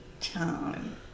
time